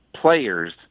players